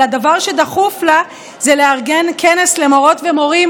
אבל הדבר שדחוף לה זה לארגן כנס למורות ומורים